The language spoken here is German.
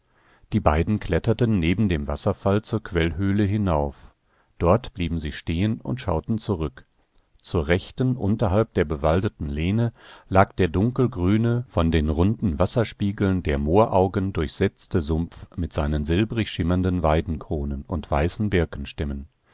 die beiden kletterten neben dem wasserfall zur quellhöhle hinauf dort blieben sie stehen und schauten zurück zur rechten unterhalb der bewaldeten lehne lag der dunkelgrüne von den runden wasserspiegeln der mooraugen durchsetzte sumpf mit seinen silbrig schimmernden weidenkronen und weißen